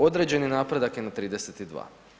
Određeni napredak je na 32.